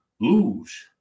lose